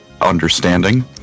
understanding